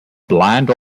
blind